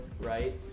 right